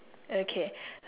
okay